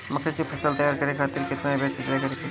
मकई के फसल तैयार करे खातीर केतना बेर सिचाई करे के चाही?